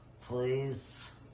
Please